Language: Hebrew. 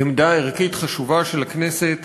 עמדה ערכית חשובה של הכנסת